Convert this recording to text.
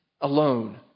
alone